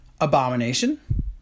Abomination